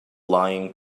lion